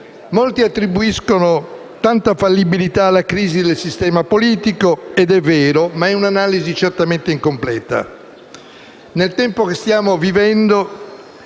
Molti attribuiscono tanta fallibilità alla crisi del sistema politico ed è vero, ma è un'analisi certamente incompleta.